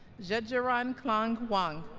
jetjaroen klangwang